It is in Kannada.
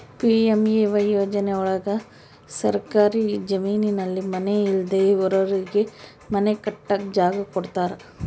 ಪಿ.ಎಂ.ಎ.ವೈ ಯೋಜನೆ ಒಳಗ ಸರ್ಕಾರಿ ಜಮೀನಲ್ಲಿ ಮನೆ ಇಲ್ದೆ ಇರೋರಿಗೆ ಮನೆ ಕಟ್ಟಕ್ ಜಾಗ ಕೊಡ್ತಾರ